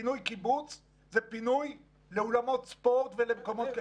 פינוי קיבוץ זה פינוי לאולמות ספורט ולמקומות כאלה.